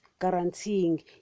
guaranteeing